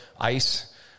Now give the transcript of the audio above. ice